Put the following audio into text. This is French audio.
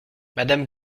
madame